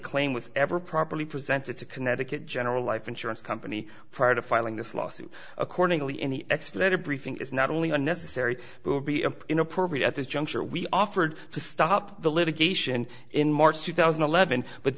claim was ever properly presented to connecticut general life insurance company prior to filing this lawsuit accordingly any expedited briefing is not only unnecessary but would be a inappropriate at this juncture we offered to stop the litigation in march two thousand and eleven but